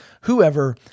whoever